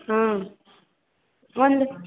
ಹಾಂ ಒಂದು